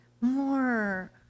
more